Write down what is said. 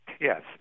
Yes